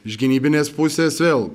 iš gynybinės pusės vėl